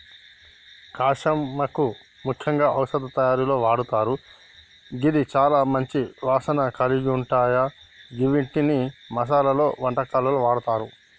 కళ్యామాకు ముఖ్యంగా ఔషధ తయారీలో వాడతారు గిది చాల మంచి వాసన కలిగుంటాయ గివ్విటిని మసాలలో, వంటకాల్లో వాడతారు